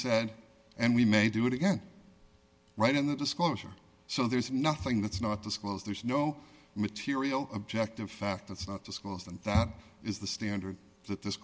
said and we may do it again right in the disclosure so there's nothing that's not disclosed there's no material objective fact it's not the schools and thought is the standard that this